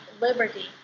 liberty